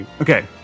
Okay